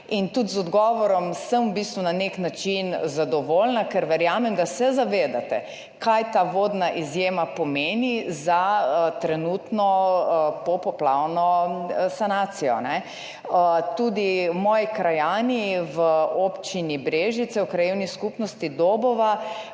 in tudi z odgovorom sem v bistvu na nek način zadovoljna, ker verjamem, da se zavedate, kaj ta vodna izjema pomeni za trenutno popoplavno sanacijo. Tudi moji krajani v občini Brežice, v Krajevni skupnosti Dobova,